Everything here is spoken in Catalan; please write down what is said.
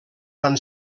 van